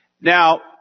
now